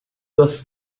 was